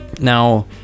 Now